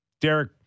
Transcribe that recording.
Derek